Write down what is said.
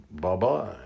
Bye-bye